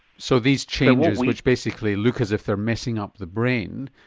so these changes, which basically look as if they are messing up the brain,